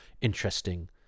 interesting